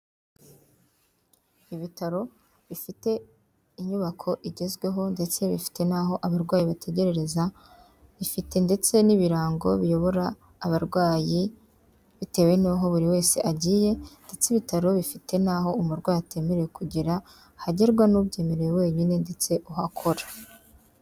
Ibitaro bifite inyubako igezweho ndetse bifite n'aho abarwayi bategerereza, bifite ndetse n'ibirango biyobora abarwayi, bitewe n'aho buri wese agiye, ndetse ibitaro bifite n'aho umurwayi atemerewe kugera, hagerwa n'ubyemerewe wenyine ndetse uhakora.